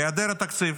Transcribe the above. בהיעדר תקציב.